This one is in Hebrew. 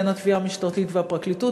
בתביעה המשטרתית ובפרקליטות.